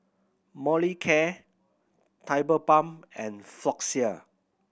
Molicare Tigerbalm and Floxia